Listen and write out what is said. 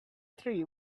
tree